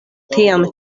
tiam